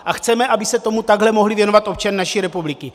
A chceme, aby se tomu takhle mohli věnovat občané naší republiky.